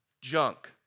junk